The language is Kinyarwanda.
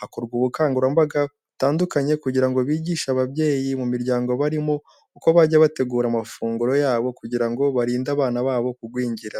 Hakorwa ubukangurambaga butandukanye kugira ngo bigishe ababyeyi mu miryango barimo, uko bajya bategura amafunguro yabo kugira ngo barinde abana babo kugwingira.